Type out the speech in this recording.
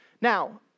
Now